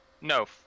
No